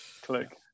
Click